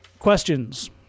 Questions